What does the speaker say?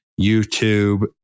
YouTube